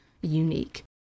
unique